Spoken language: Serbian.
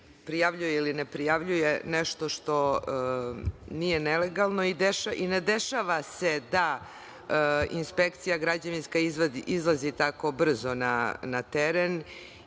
ili ne prijavljuje nešto što nije nelegalno i ne dešava se da građevinska inspekcija izlazi tako brzo na teren